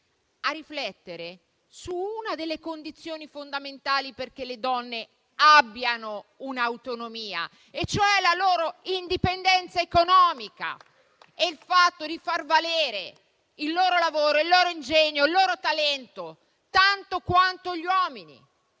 a riflettere però su una delle condizioni fondamentali affinché le donne abbiano una loro autonomia, cioè la loro indipendenza economica e il fatto di far valere il loro lavoro, il loro ingegno e il loro talento tanto quanto gli uomini